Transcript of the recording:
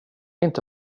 inte